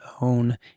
own